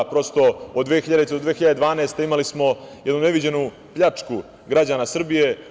Prosto, od 2000. do 2012. godine, imali smo jednu neviđenu pljačku građana Srbije.